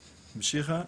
המשיכה,